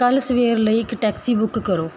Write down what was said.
ਕੱਲ੍ਹ ਸਵੇਰ ਲਈ ਇੱਕ ਟੈਕਸੀ ਬੁੱਕ ਕਰੋ